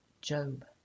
Job